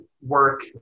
work